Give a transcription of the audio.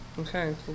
Okay